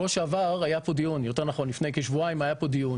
לפני שבועיים היה פה דיון